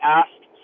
asked